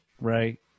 right